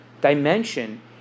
dimension